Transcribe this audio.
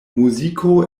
muziko